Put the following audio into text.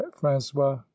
francois